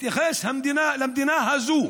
להתייחס למדינה הזו